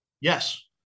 Yes